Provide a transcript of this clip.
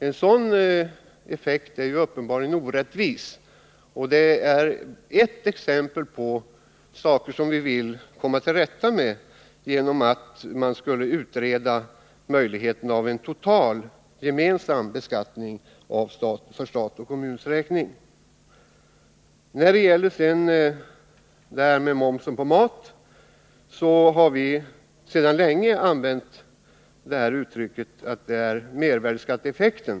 En sådan effekt är ju uppenbarligen orättvis, och detta är ett exempel på missförhållanden som vi vill komma till rätta med genom att utreda möjligheten att införa en total, gemensam beskattning för stat och kommuns räkning. Beträffande momsen på mat har vi från vpk länge använt uttrycket mervärdeskatteeffekt.